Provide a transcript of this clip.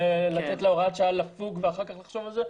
לתת להוראת השעה לפוג ואחר כך לחשוב על זה.